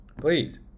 Please